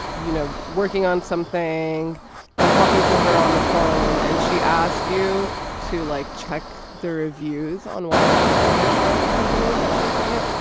you know, working on something and talking to her on the phone. and she asked you to like check the reviews on one of the car insurance companies that she was going to get.